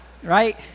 right